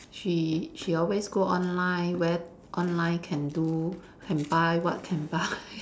she she always go online where online can do can buy what can buy